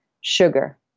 sugar